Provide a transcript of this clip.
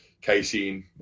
casein